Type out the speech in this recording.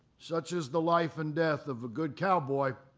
such is the life and death of a good cowboy.